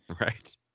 Right